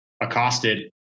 accosted